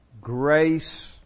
Grace